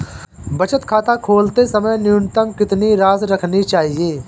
बचत खाता खोलते समय न्यूनतम कितनी राशि रखनी चाहिए?